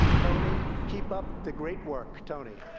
tony, keep up the great work. tony.